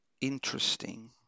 interesting